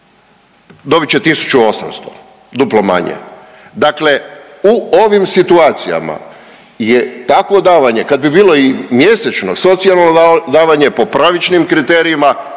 dobit će 1800, duplo manje. Dakle u ovim situacijama je takvo davanje, kad bi bilo i mjesečno, socijalno davanje, po pravičnim kriterijima,